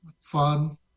fun